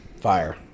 Fire